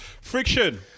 Friction